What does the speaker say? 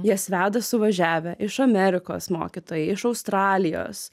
jas veda suvažiavę iš amerikos mokytojai iš australijos